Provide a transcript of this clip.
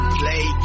play